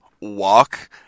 walk